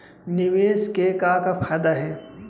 निवेश के का का फयादा हे?